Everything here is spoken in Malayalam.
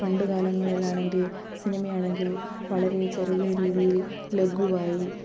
പണ്ടു കാലങ്ങളിലാണെങ്കിൽ സിനിമയാണെങ്കിൽ വളരെ ചെറിയ രീതിയിൽ ലഘുവായി